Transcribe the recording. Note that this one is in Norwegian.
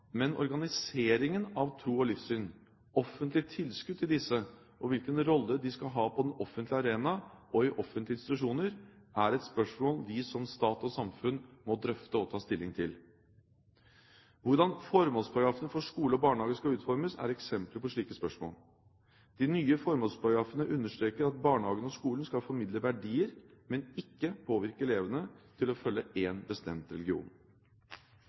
men organisering av tro og livssyn, offentlige tilskudd til disse trossamfunnene, og hvilken rolle de skal ha på den offentlige arena og i offentlige institusjoner, er et spørsmål vi som stat og samfunn må drøfte og ta stilling til. Hvordan formålsparagrafene for skole og barnehage skal utformes, er eksempler på slike spørsmål. De nye formålsparagrafene understreker at barnehagen og skolen skal formidle verdier, men ikke påvirke elevene til å følge en bestemt religion.